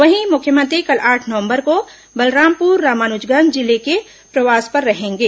वहीं मुख्यमंत्री कल आठ नवंबर को बलरामपुर रामानुजगंज जिले के प्रवास पर रहेंगे